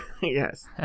Yes